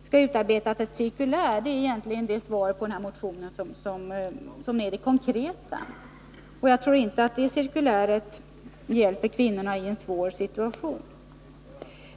Det skall utarbetas ett cirkulär — det är egentligen det enda konkreta svaret på den här motionen. Jag tror inte att cirkuläret hjälper kvinnor i en svår situation.